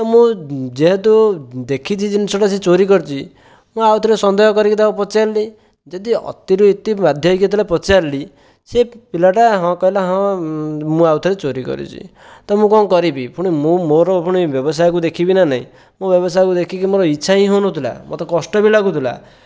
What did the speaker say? ତ ମୁଁ ଯେହେତୁ ଦେଖିଛି ଜିନିଷଟା ସେ ଚୋରି କରିଛି ମୁଁ ଆଉଥରେ ସନ୍ଦେହ କରିକି ତାକୁ ପଚାରିଲି ଯଦି ଅତିରୁ ଅତି ବାଧ୍ଯ ହୋଇକି ଯେତେବେଳେ ପଚାରିଲି ସେ ପିଲାଟା ହଁ କହିଲା ହଁ ମୁଁ ଆଉ ଥରେ ଚୋରି କରିଛି ତ ମୁଁ କଣ କରିବି ପୁଣି ମୁଁ ମୋ'ର ପୁଣି ବ୍ଯବସାୟକୁ ଦେଖିବି ନା ନାଇଁ ମୁଁ ବ୍ଯବସାୟକୁ ଦେଖିକି ମୋର ଇଚ୍ଛା ହି ହେଉନଥିଲା ମତେ କଷ୍ଟ ବି ଲାଗୁଥିଲା